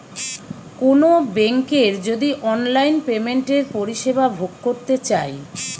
কোনো বেংকের যদি অনলাইন পেমেন্টের পরিষেবা ভোগ করতে চাই